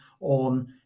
on